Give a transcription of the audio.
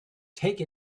take